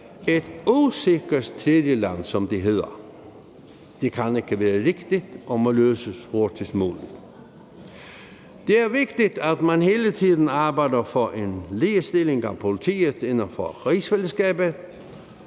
et usikkert tredjeland, som det hedder. Det kan ikke være rigtigt, og det må løses hurtigst muligt. Det er vigtigt, at man hele tiden arbejder for en ligestilling af politiet inden for rigsfællesskabet